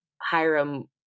Hiram